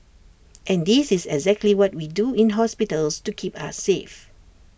and this is exactly what we do in hospitals to keep us safe